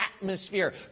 atmosphere